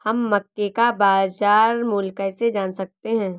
हम मक्के का बाजार मूल्य कैसे जान सकते हैं?